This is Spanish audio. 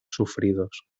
sufridos